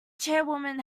chairwoman